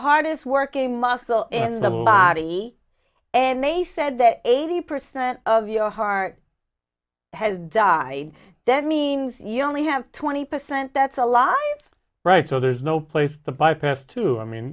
hardest working muscle in the body and they said that eighty percent of your heart has died that means you only have twenty percent that's a lot right so there's no place to bypass to i mean